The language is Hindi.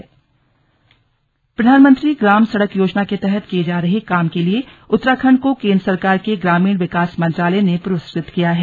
स्लग समीक्षा बैठक प्रधानमंत्री ग्राम सड़क योजना के तहत किये जा रहे काम के लिए उत्तराखंड को केंद्र सरकार के ग्रामीण विकास मंत्रालय ने पुरस्कृत किया है